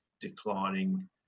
declining